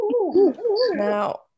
now